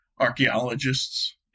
archaeologists